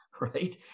right